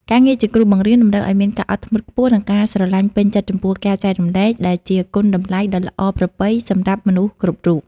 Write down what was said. ការងារជាគ្រូបង្រៀនតម្រូវឱ្យមានការអត់ធ្មត់ខ្ពស់ និងការស្រឡាញ់ពេញចិត្តចំពោះការចែករំលែក ដែលជាគុណតម្លៃដ៏ល្អប្រពៃសម្រាប់មនុស្សគ្រប់រូប។